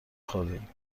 خوردیم